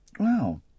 Wow